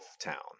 town